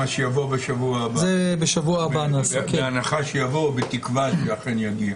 עוסקים במה שיבוא בשבוע הבא, בתקווה שזה אכן יגיע.